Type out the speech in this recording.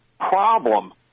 problem